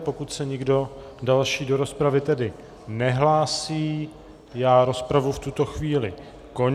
Pokud se nikdo další do rozpravy nehlásí, já rozpravu v tuto chvíli končím.